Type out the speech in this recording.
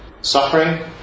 suffering